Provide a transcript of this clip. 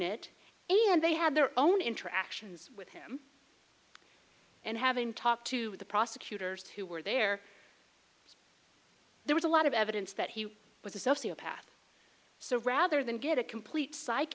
anyway and they had their own interactions with him and having talked to the prosecutors who were there there was a lot of evidence that he was a sociopath so rather than get a complete psych